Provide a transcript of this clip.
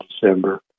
December